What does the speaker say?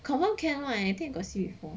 confirm can [one] I think I got see before